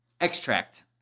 Extract